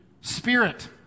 Spirit